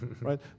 right